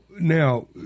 now